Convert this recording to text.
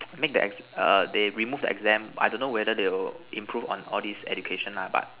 make the exam err they remove the exam I don't know whether they will improve on all this education lah but